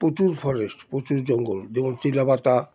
প্রচুর ফরেস্ট প্রচুর জঙ্গল যেমন চিলা পাতা